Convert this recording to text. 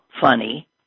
funny